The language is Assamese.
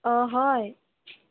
অঁ হয়